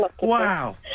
Wow